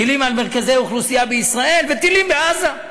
טילים על מרכזי אוכלוסייה בישראל וטילים בעזה.